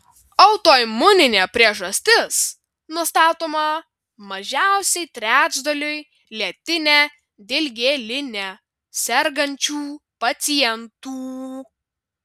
autoimuninė priežastis nustatoma mažiausiai trečdaliui lėtine dilgėline sergančių pacientų